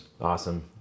Awesome